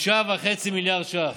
6.5 מיליארד ש"ח.